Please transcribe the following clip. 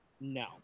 No